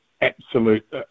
absolute